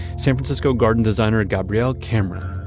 san francisco garden designer gabriel cameron,